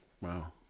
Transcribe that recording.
wow